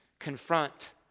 confront